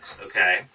okay